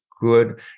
good